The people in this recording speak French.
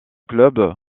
club